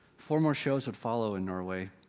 four more shows would follow in norway,